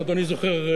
אם אדוני זוכר,